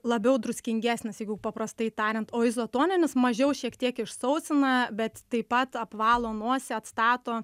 labiau druskingesnis jeigu paprastai tariant o izotoninis mažiau šiek tiek išsausina bet taip pat apvalo nosį atstato